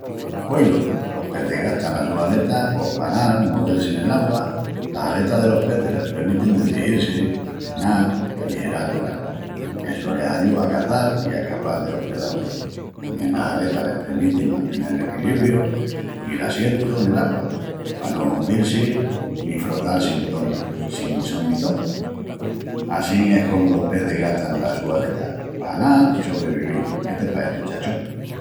Coilu! Pos los pecis gastan las sus aletas pos pa anal i movel-si nel augua. Las aletas delos pecis les premitin de derigil-si, fresnal i aligeral nel augua, essu les ayúa a caçal i a escapal delos predaoris. Tamién las aletas les premitin mantenel l'equilibriu i l'assientu nel augua, pa no ahundil-si ni frotal sin ton... sin son ni ton. Assín es comu los pecis gastan las sus aletas, pa anal i sobrevivil. Qué te pareci, chacho?